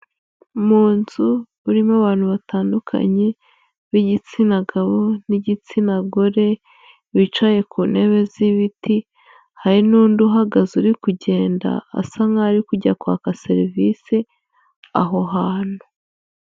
Mu nzu urimo abantu batandukanye b'igitsina gabo n'igitsina gore bicaye ku ntebe z'ibiti, hari n'undi uhagaze uri kugenda asa nk'aho ari kujya kwaka serivisi aho hantu.